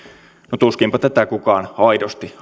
no tuskinpa tätä kukaan aidosti